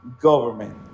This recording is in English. government